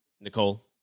Nicole